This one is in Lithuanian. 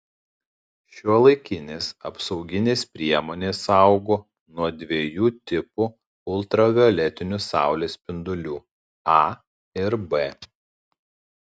šiuolaikinės apsauginės priemonės saugo nuo dviejų tipų ultravioletinių saulės spindulių a ir b